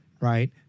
right